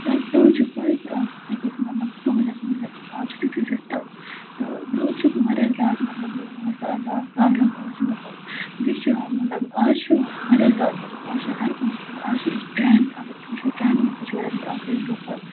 کیٛازِکہِ تِمَن چھِ پَے کہِ آز ہیٚکہِ اَسہِ مطلب سہوٗلیت مِلِتھ آز چھِ تیُتھُے سِسٹَم تہٕ برٛونٛہہ چھُ اوسمُت واریاہ زیادٕ مطلب لوٗکن گژھان عذاب گاڑیو منٛز مطلب بیٚیہِ چھُ مطلب آز چھُ واریاہ زیادٕ مطلب آز چھِ ہر کانٛہہ آز چھِ أسۍ ٹرٛین اگر أسۍ وٕچھو ٹرٛینہِ منٛز تہِ چھِ واریاہ زیادٕ آسٲیِش گژھان